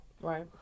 right